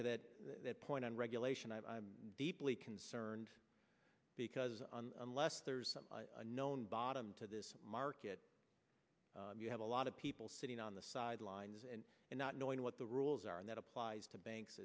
to that point on regulation i'm deeply concerned because unless there's a known bottom to this market you have a lot of people sitting on the sidelines and not knowing what the rules are and that applies to banks